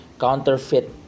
counterfeit